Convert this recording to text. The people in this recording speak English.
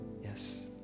yes